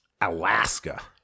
Alaska